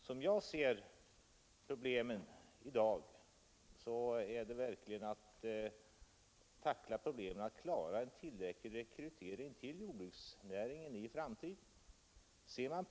Som jag ser problemen gäller det framför allt att klara en tillräcklig rekrytering till jordbruksnäringen i framtiden.